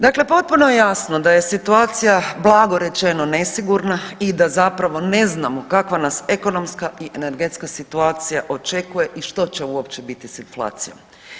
Dakle, potpuno je jasno da je situacija blago rečeno nesigurna i da zapravo ne znamo kakva nas ekonomska i energetska situacija očekuje i što će uopće biti s inflacijom.